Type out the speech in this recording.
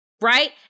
Right